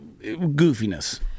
goofiness